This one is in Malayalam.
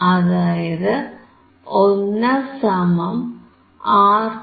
അതായത് 1R2R1